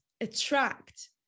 attract